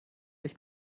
ich